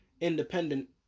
independent